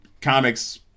comics